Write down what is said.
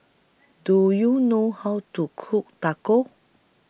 Do YOU know How to Cook Tacos